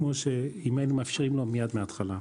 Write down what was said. כמו שאם היינו מאפשרים לו מיד בהתחלה.